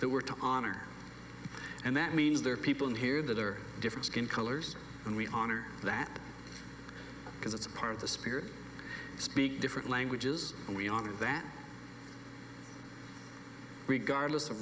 honor and that means there are people in here that are different skin colors and we honor that because it's part of the spirit speak different languages and we honor that regardless of